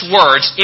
words